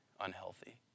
unhealthy